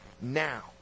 now